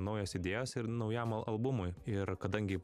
naujos idėjos ir naujam albumui ir kadangi